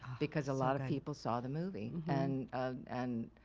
because a lot of people saw the movie and and